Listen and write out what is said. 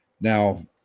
now